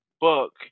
book